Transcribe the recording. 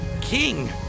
King